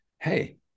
hey